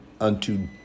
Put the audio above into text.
unto